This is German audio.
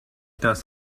das